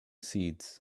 seeds